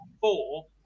four